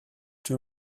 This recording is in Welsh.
dwi